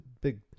big